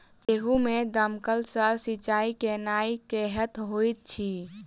गेंहूँ मे दमकल सँ सिंचाई केनाइ केहन होइत अछि?